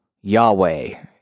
Yahweh